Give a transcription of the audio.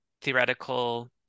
theoretical